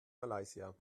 malaysia